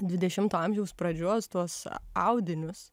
dvidešimto amžiaus pradžios tuos audinius